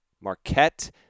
Marquette